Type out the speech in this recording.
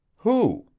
who?